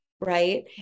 right